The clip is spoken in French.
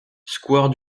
square